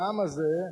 למה זה?